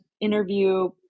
interview